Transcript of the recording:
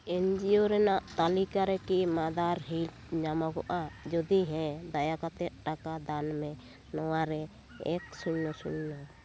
NGO ᱨᱮᱱᱟᱜ ᱛᱟᱹᱞᱤᱠᱟᱨᱮ ᱠᱤ ᱢᱟᱫᱟᱨ ᱦᱮᱞᱯ ᱧᱟᱢᱚᱜᱚᱜᱼᱟ ᱡᱩᱫᱤ ᱦᱮᱸ ᱫᱟᱭᱟᱠᱟᱛᱮ ᱴᱟᱠᱟ ᱫᱟᱱ ᱢᱮ ᱱᱚᱶᱟ ᱨᱮ ᱮᱠ ᱥᱩᱱᱭᱚ ᱥᱩᱭᱚ